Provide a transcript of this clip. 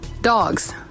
dogs